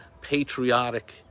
patriotic